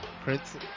Prince